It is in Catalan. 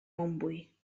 montbui